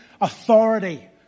authority